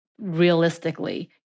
realistically